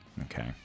Okay